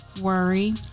worry